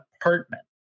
apartment